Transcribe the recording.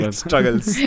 struggles